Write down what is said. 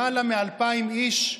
למעלה מ-2,000 איש,